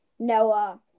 Noah